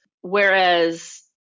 whereas